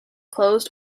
closed